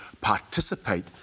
participate